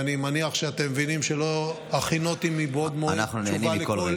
ואני מניח שאתם מבינים שלא הכינותי מבעוד מועד תשובה על כל שאלה,